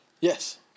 Yes